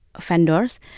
vendors